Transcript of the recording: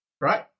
Right